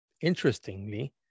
Interestingly